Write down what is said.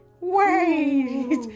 Wait